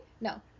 No